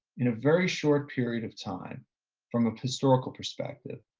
in a very short period of time from a historical perspective,